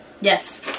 Yes